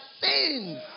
sins